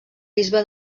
bisbe